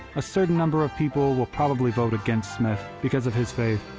a certain number of people will probably vote against smith because of his faith,